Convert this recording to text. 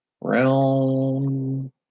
Round